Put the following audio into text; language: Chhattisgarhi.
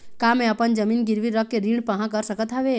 का मैं अपन जमीन गिरवी रख के ऋण पाहां कर सकत हावे?